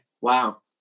Wow